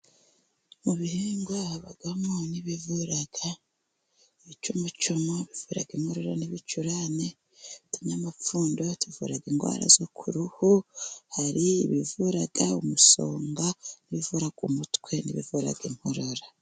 Mu bihingwa habamo n'ibivura, ibicumucumu bivura inkorora n'ibicurane , utunyamapfundo tuvura indwara zo ku ruhu, hari ibivura umusonga, ibivura umutwe n'ibivura inkorora.